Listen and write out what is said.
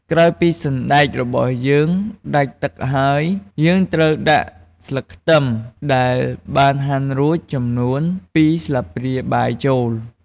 ក្រោយពីសណ្តែករបស់យើងដាច់ទឹកហើយ យើងត្រូវដាក់ស្លឹកខ្ទឹមដែលបានហាន់រួច ចំនួន២ស្លាបព្រាបាយចូល។